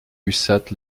ussat